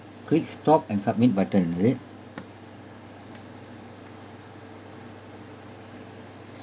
quick stop and submit button is it